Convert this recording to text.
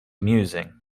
amusing